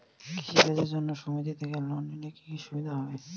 কৃষি কাজের জন্য সুমেতি থেকে লোন নিলে কি কি সুবিধা হবে?